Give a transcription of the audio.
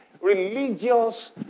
religious